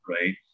right